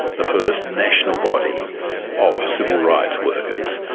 the first national body of civil rights workers.